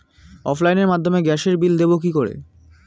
অনলাইনের মাধ্যমে গ্যাসের বিল দেবো কি করে?